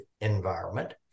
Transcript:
environment